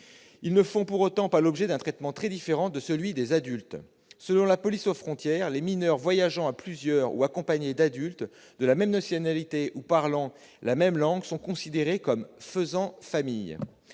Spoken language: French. ils ne font pour autant pas l'objet d'un traitement très différent de celui des adultes. » Selon la police aux frontières, les mineurs voyageant à plusieurs ou accompagnés d'adultes de la même nationalité ou parlant la même langue sont considérés comme « faisant famille ».